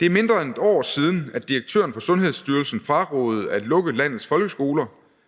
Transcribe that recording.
Det er mindre end et år siden, at direktøren for Sundhedsstyrelsen frarådede at lukke landets folkeskoler,